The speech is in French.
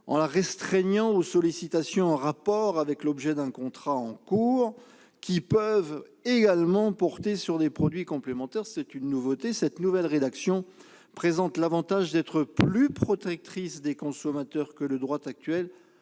en la restreignant aux sollicitations en rapport avec l'objet d'un contrat en cours, qui peuvent également porter sur des produits complémentaires- c'est une nouveauté. Cette nouvelle rédaction présente l'avantage d'être plus protectrice des consommateurs que le droit actuel,